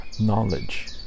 Knowledge